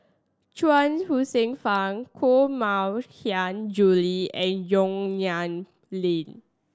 Chuang Hsueh Fang Koh Mui Hiang Julie and Yong Nyuk Lin